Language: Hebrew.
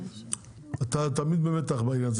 אתה תמיד במתח בעניין,